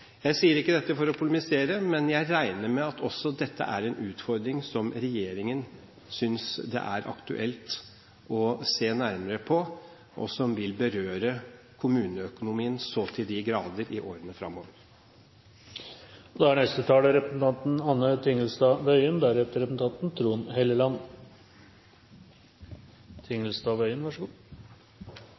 Jeg sier ikke dette for å polemisere, men jeg regner med at dette er en utfordring som også regjeringen synes det er aktuelt å se nærmere på, og som vil berøre kommuneøkonomien så til de grader i årene framover. Det er